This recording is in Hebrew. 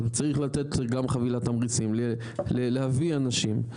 צריך לתת גם חבילת תמריצים, להביא אנשים.